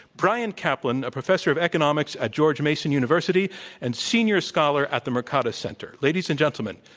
bryan caplan, a professor of economics at george mason university and senior scholar at the mercatus center. ladies and gentlemen,